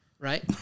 Right